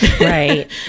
right